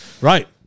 Right